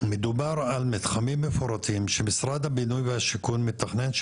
מדובר על מתחמים מפורטים שמשרד הבינוי והשיכון מתכנן,